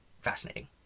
fascinating